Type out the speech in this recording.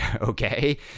okay